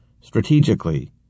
Strategically